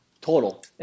Total